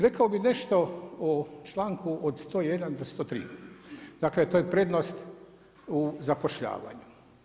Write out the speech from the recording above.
Rekao bih nešto o članku od 101. do 103. dakle to je prednost u zapošljavanju.